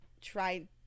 try